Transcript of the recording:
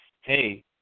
hey